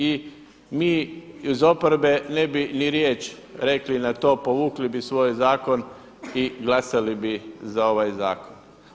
I mi iz oporbe ne bi ni riječ rekli na to, povukli bi svoj zakon i glasali bi za ovaj zakon.